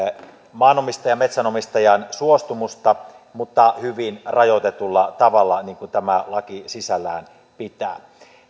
maanomistajan metsänomistajan suostumusta mutta hyvin rajoitetulla tavalla niin kuin tämä laki sisällään pitää